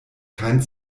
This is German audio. kein